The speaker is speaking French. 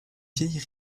vieille